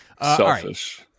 selfish